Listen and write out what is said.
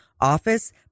office